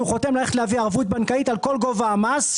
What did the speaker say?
חותם ללכת להביא ערבות בנקאית על כל גובה המס,